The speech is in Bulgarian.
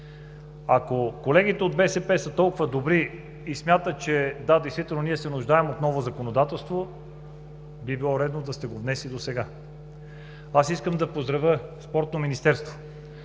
Ако колегите от БСП са толкова добри и смятат, че се нуждаем от ново законодателство, би било редно да сте го внесли досега. Искам да поздравя Спортното министерство,